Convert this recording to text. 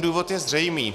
Důvod je zřejmý.